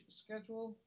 schedule